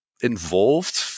involved